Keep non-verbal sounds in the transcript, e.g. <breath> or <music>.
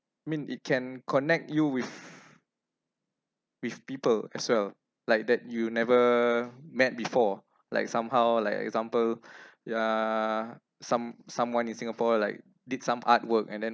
mean it can connect you with with people as well like that you never met before like somehow like example <breath> yeah some someone in singapore like did some artwork and then